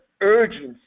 urgency